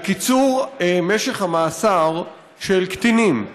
על קיצור משך המאסר של קטינים.